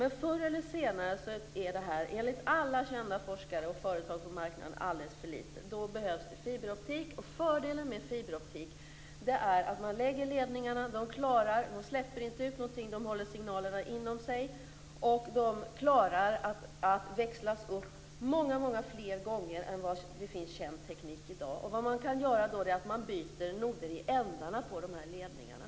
Men förr eller senare är det här enligt alla kända forskare och företag på marknaden alldeles för lite. Då behövs det fiberoptik. Fördelen med fiberoptik är att ledningarna inte släpper ut någonting. De håller signalen inom sig, och de klarar att växlas upp många fler gånger än det finns känd teknik för i dag. Det man kan göra är att man byter noder i ändarna på de här ledningarna.